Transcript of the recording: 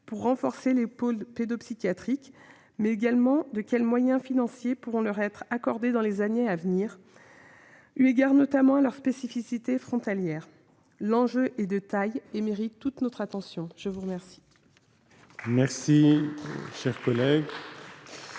pour renforcer les pôles pédopsychiatriques. Quels moyens financiers pourront leur être accordés dans les années à venir, eu égard notamment à leur spécificité frontalière ? L'enjeu est de taille et mérite toute notre attention. La parole est à M. Michel Raison.